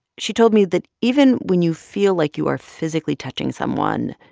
she told me that even when you feel like you are physically touching someone,